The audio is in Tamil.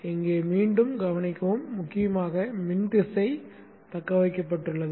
இங்கே மீண்டும் கவனிக்கவும் முக்கியமாக மின் திசை தக்கவைக்கப்பட்டுள்ளது